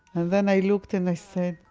and then i looked and i said,